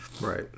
Right